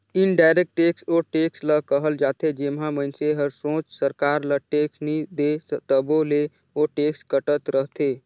indirect tax ओ tax ल कहल जाथे जेम्हां मइनसे हर सोझ सरकार ल टेक्स नी दे तबो ले ओ टेक्स कटत रहथे